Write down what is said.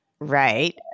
Right